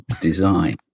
design